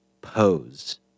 pose